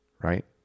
right